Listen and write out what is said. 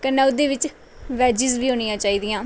कन्नै उ'दे बिच्च वेजिस बी होनियां चाहिदियां